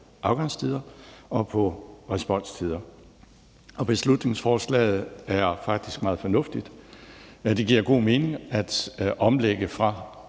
afgangstider og på responstider, og beslutningsforslaget er faktisk meget fornuftigt, og det giver god mening at omlægge det